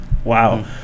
Wow